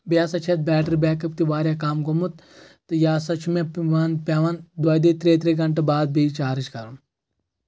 بیٚیہِ ہسا چھِ اتھ بیٹری بیک اپ تہِ واریاہ کم گوٚمُت تہٕ یہِ ہسا چھُ مےٚ وَن پؠوان دۄیہِ دۄیہِ ترٛےٚ ترٛےٚ گنٛٹہٕ بعد بیٚیہِ چارٕج کَرُن